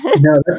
No